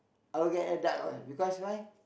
okay a dark oil because why